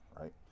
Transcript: right